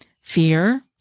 fear